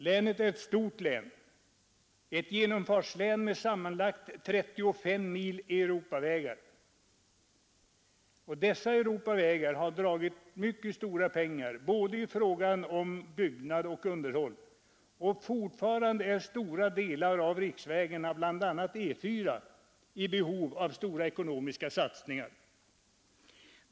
Länet är ett stort län, ett genomfartslän, med sammanlagt 35 mil Europavägar. Dessa Europavägar har dragit stora pengar i fråga om både byggnad och underhåll, och fortfarande är stora delar av riksvägarna — bl.a. E4 — i behov av stora ekonomiska satsningar.